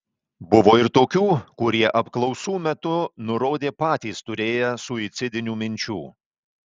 buvo ir tokių kurie apklausų metu nurodė patys turėję suicidinių minčių